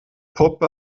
puppe